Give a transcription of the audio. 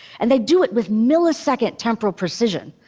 and they do it with millisecond temporal precision.